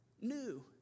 new